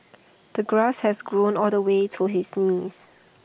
the grass has grown all the way to his knees